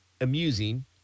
amusing